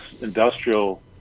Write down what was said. industrial